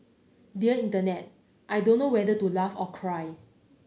dear Internet I don't know whether to laugh or cry